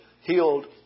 healed